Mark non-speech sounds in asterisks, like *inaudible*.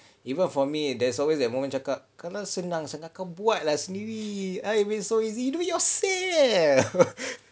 even for me there's always that moment cakap kalau senang senang kau buat lah sendiri what you mean so easy do yourself *laughs*